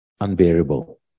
unbearable